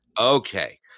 Okay